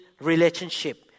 relationship